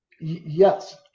Yes